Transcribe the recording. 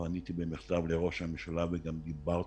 פניתי בנוסף לראש הממשלה והסברתי